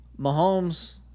Mahomes